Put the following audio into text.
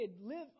live